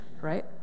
right